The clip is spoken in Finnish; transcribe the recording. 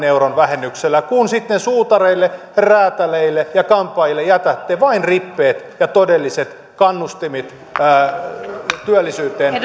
euron vähennyksellä kun sitten suutareille räätäleille ja kampaajille jätätte vain rippeet ja todelliset kannustimet työllisyyteen